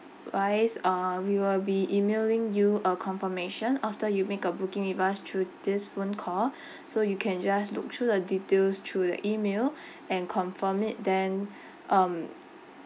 wise uh we will be emailing you a confirmation after you make a booking with us through this phone call so you can just look through the details through the email and confirm it then um